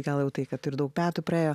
gal tai kad ir daug metų praėjo